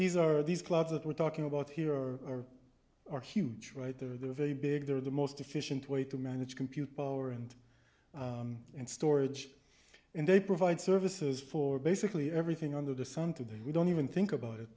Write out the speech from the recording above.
these are these clubs that we're talking about here or are huge right there they're very big they're the most efficient way to manage computer power and and storage and they provide services for basically everything under the sun today we don't even think about it